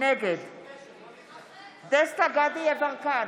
נגד דסטה גדי יברקן,